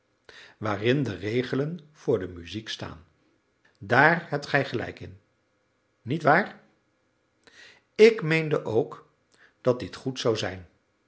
waarin de regelen voor de muziek staan daar hebt gij gelijk in niet waar ik meende ook dat dit goed zou zijn